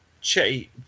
Che